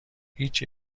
هیچ